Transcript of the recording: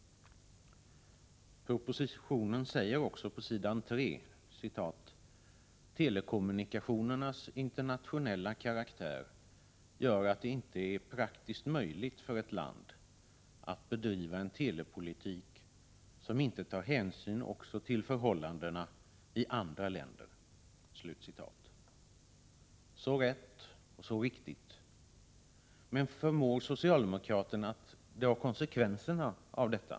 Propositionen säger också på s. 3: ”Telekommunikationernas internationella karaktär gör att det inte är praktiskt möjligt för ett land att bedriva en telepolitik som inte tar hänsyn också till förhållandena i andra länder.” Så rätt och så riktigt! Men förmår socialdemokraterna att dra konsekvenserna av detta?